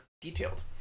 detailed